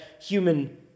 human